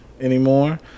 anymore